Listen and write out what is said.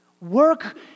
Work